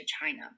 China